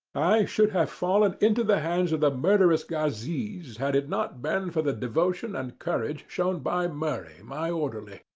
i should have fallen into the hands of the murderous ghazis had it not been for the devotion and courage shown by murray, my orderly,